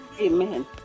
Amen